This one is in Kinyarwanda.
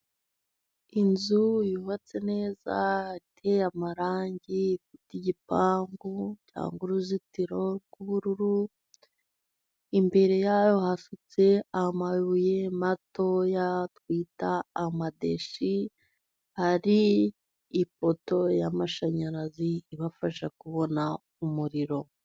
Inzu y'ubatse neza ateye amarangi, ifite igipangu cyangwa uruzitiro rw'ubururu .Imbere yayo hasutse amabuye matoya twita amadeshi , hari ipoto y'amashanyarazi ibafasha kubona umuriro.